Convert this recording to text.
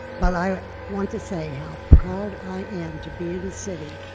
but i want to say how proud i am to be in a city